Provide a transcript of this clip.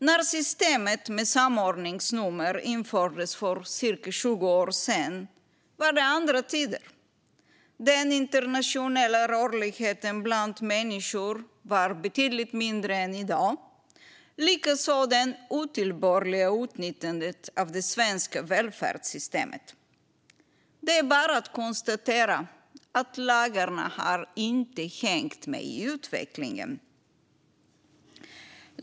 När systemet med samordningsnummer infördes för cirka 20 år sedan var det andra tider. Den internationella rörligheten bland människor var betydligt mindre än i dag, likaså det otillbörliga utnyttjandet av det svenska välfärdssystemet. Det är bara att konstatera att lagarna inte har hängt med i utvecklingen.